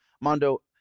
Mondo